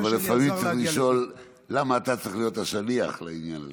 אבל לפעמים צריך לשאול: למה אתה צריך להיות השליח לעניין הזה?